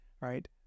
right